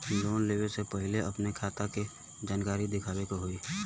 Loan लेवे से पहिले अपने खाता के जानकारी दिखावे के होई?